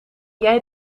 jij